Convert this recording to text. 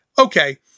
okay